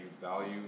value